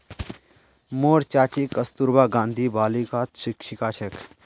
मोर चाची कस्तूरबा गांधी बालिकात शिक्षिका छेक